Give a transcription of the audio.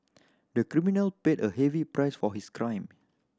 the criminal paid a heavy price for his crime